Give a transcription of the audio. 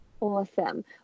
Awesome